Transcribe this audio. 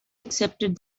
accepted